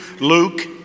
Luke